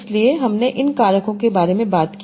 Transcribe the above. इसलिए हमने इन कारकों के बारे में बात की